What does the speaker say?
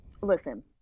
listen